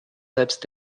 selbst